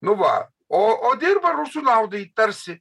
nu va o o dirba rusų naudai tarsi